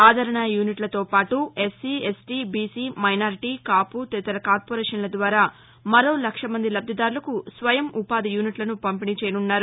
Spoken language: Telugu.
ఆదరణ యూనిట్లతో పాటు SC ST BC minority Kapu తదితర కార్పొరేషన్ల ద్వారా మరో లక్ష మంది లబ్గిదారులకు స్వయం ఉపాధి యూనిట్లను పంపిణీ చేయనున్నారు